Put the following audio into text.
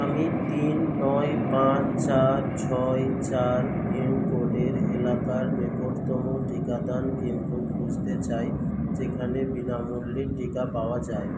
আমি তিন নয় পাঁচ চার ছয় চার পিনকোডের এলাকার নিকটতম টিকাদান কেন্দ্র খুঁজতে চাই যেখানে বিনামূল্যে টিকা পাওয়া যায়